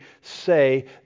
say